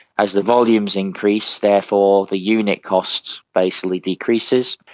as the volumes increase, therefore the unit cost basically decreases.